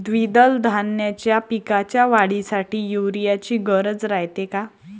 द्विदल धान्याच्या पिकाच्या वाढीसाठी यूरिया ची गरज रायते का?